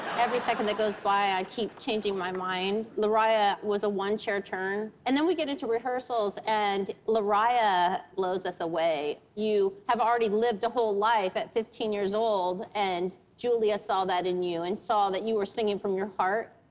every second that goes by, i keep changing my mind. larriah was a one-chair turn, and then we get into rehearsals and larriah blows us away. you have already lived a whole life at fifteen years old, and julia saw that in you and saw that you were singing from your heart.